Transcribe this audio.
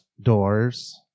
doors